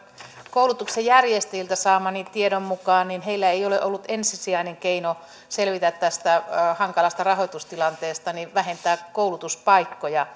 koulutuksen järjestäjiltä saamani tiedon mukaan heillä ensisijainen keino selvitä tästä hankalasta rahoitustilanteesta ei ole ollut vähentää koulutuspaikkoja